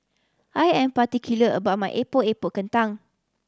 I am particular about my Epok Epok Kentang